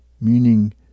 meaning